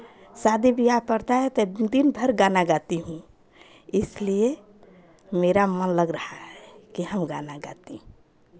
शादी बियाह पड़ता है तो दिन भर गाना गाती हूँ इसलिए मेरा मन लग रहा है कि हम गाना गाती हूँ